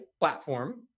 platform